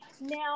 Now